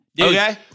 Okay